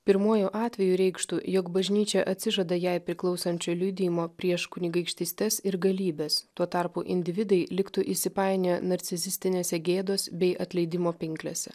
pirmuoju atveju reikštų jog bažnyčia atsižada jai priklausančio liudijimo prieš kunigaikštystes ir galybes tuo tarpu individai liktų įsipainioję narcisistinėse gėdos bei atleidimo pinklėse